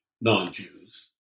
non-Jews